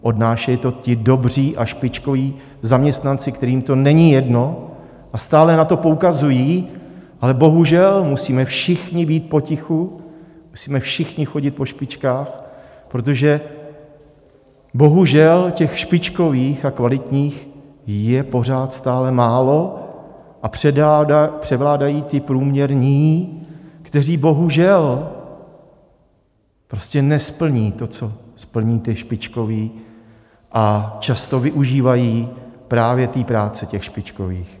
Odnášejí to ti dobří a špičkoví zaměstnanci, kterým to není jedno a stále na to poukazují, ale bohužel, musíme všichni být potichu, musíme všichni chodit po špičkách, protože bohužel, těch špičkových a kvalitních je pořád stále málo a převládají ti průměrní, kteří bohužel nesplní to, co splní ti špičkoví, a často využívají právě té práce těch špičkových.